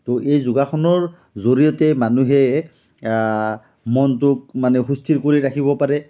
তো এই যোগাসনৰ জৰিয়তে মানুহে মনটোক মানে সুস্থিৰ কৰি ৰাখিব পাৰে